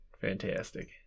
fantastic